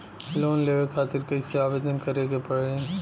Loan लेवे खातिर कइसे आवेदन करें के पड़ी?